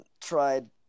tried